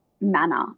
manner